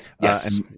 yes